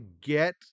get